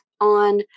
on